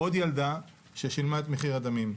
עוד ילדה ששילמה את מחיר הדמים.